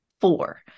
four